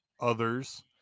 others